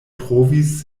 trovis